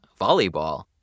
volleyball